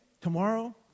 tomorrow